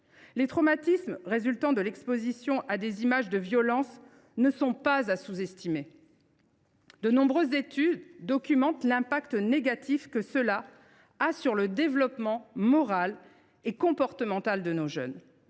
Les traumatismes résultant de l’exposition à des images de violence ne doivent pas être sous estimés. De nombreuses études documentent leur impact négatif sur le développement moral et comportemental de nos jeunes.